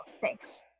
thanks